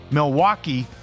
Milwaukee